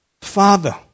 Father